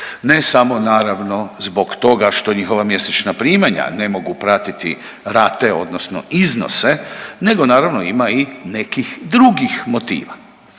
Ne samo naravno zbog toga što njihova mjesečna primanja ne mogu pratiti rate odnosno iznose nego naravno ima i nekih drugih motiva.